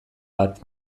bat